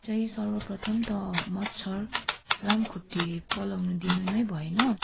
चाहिँ सर्वप्रथम त मच्छर लामखुट्टे पलाउन दिनु नै भएन